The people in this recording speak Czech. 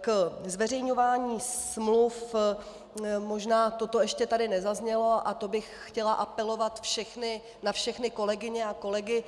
Ke zveřejňování smluv to tady možná ještě nezaznělo bych chtěla apelovat na všechny kolegyně a kolegy,